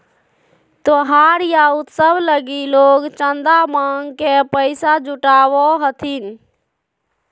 त्योहार या उत्सव लगी लोग चंदा मांग के पैसा जुटावो हथिन